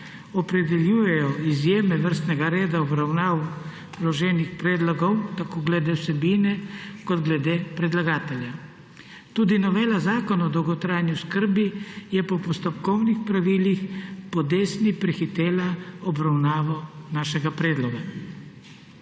opredeljujejo izjeme vrstnega reda obravnav vloženih predlogov tako glede vsebine kot glede predlagatelja. Tudi novela Zakona o dolgotrajni oskrbi je po postopkovnih pravilih po desni prehitela obravnavo našega predloga.